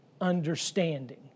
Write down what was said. understanding